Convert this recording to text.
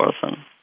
person